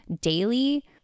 daily